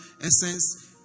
essence